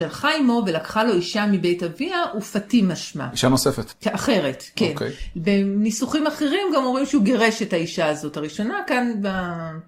הלכה אימו ולקחה לו אישה מבית אביה ופתאי משמע. אישה נוספת. אחרת, כן. בניסוחים אחרים גם אומרים שהוא גירש את האישה הזאת. הראשונה כאן ב...